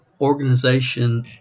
organization